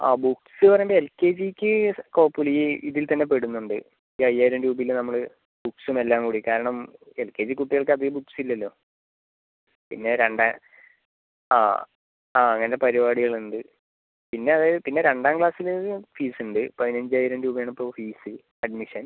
ആ ബുക്സ് പറയുമ്പോൾ L K ജിക്ക് കുഴപ്പമില്ല ഈ ഇതിൽ തന്നെ പെടുന്നുണ്ട് ഈ അയ്യായിരം രൂപയിൽ നമ്മൾ ബുക്സും എല്ലാം കൂടി കാരണം എൽ കെ ജി കുട്ടികൾക്ക് അധികം ബുക്സ് ഇല്ലല്ലോ പിന്നെ രണ്ട് ആ അങ്ങനെ പരിപാടികൾ ഉണ്ട് പിന്നെ അതായത് പിന്നെ രണ്ടാം ക്ലാസ്സിലേത് ഫീസ് ഉണ്ട് പതിനഞ്ചായിരം രൂപ ആണ് ഇപ്പോൾ ഫീസ് അഡ്മിഷൻ